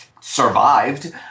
survived